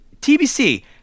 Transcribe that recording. TBC